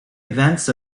events